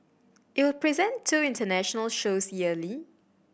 it will present two international shows yearly